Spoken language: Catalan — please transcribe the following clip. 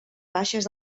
baixes